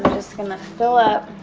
just gonna fill-up